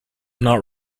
not